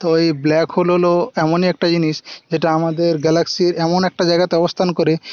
তো এই black hole হল এমনই একটা জিনিস যেটা আমাদের গ্যালাক্সির এমন একটা জায়গাতে অবস্থান করে